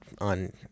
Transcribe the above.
on